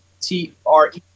T-R-E